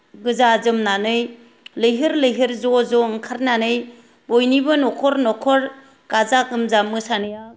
गोजा जोमनानै लैहोर लैहोर ज' ज' ओंखारनानै बयनिबो नखर नखर गाजा गोमजा मोसानाया